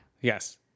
Yes